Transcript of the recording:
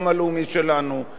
וגם כל אחד מאתנו.